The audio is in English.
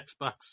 Xbox